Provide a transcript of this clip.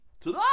today